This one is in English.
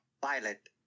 pilot